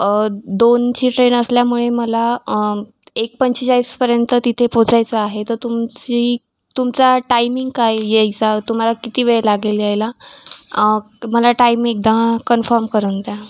दोनची ट्रेन असल्यामुळे मला एक पंचेचाळीसपर्यंत तिथे पोहोचायचं आहे तर तुमची तुमचा टाईमिंग काय यायचा तुम्हाला किती वेळ लागेल यायला मला टाईम एकदा कन्फर्म करून द्या